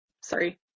sorry